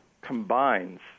combines